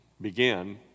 begin